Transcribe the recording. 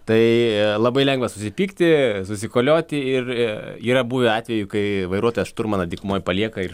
tai labai lengva susipykti susikolioti ir yra buvę atvejų kai vairuotojas šturmaną dykumoj palieka ir